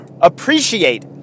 appreciate